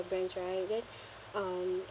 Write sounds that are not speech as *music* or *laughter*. brands right then *breath* um